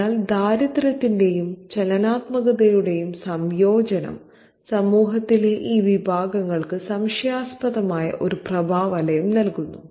അതിനാൽ ദാരിദ്ര്യത്തിന്റെയും ചലനാത്മകതയുടെയും സംയോജനം സമൂഹത്തിലെ ഈ വിഭാഗങ്ങൾക്ക് സംശയാസ്പദമായ ഒരു പ്രഭാവലയം നൽകുന്നു